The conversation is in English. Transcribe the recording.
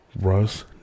Russ